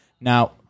Now